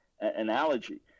analogy